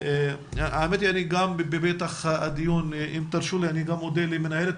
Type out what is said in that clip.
האמת היא שאני גם בפתח הדיון אם תרשו לי אודה למנהלת